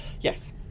yes